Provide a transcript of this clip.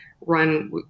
run